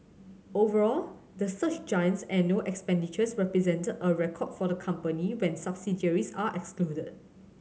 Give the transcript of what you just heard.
overall the search giant's annual expenditures represented a record for the company when subsidiaries are excluded